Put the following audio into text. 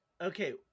okay